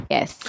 Yes